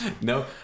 No